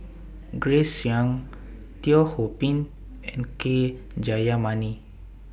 Grace Young Teo Ho Pin and K Jayamani